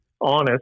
honest